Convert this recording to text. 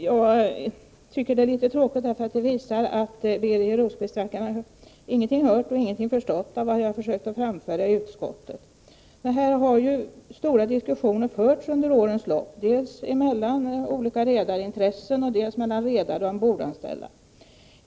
Jag tycker att det är litet tråkigt, eftersom det visar att Birger Rosqvist ingenting hört och ingenting förstått av vad jag försökt framföra i utskottet. Diskussioner har ju under årens lopp förts dels mellan olika redarintressen, dels mellan redare och ombordanställda.